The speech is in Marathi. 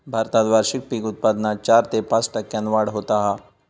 भारतात वार्षिक पीक उत्पादनात चार ते पाच टक्क्यांन वाढ होता हा